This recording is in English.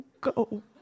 go